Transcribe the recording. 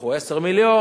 תיקחו 10 מיליון,